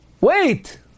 wait